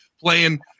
playing